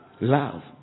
Love